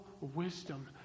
wisdom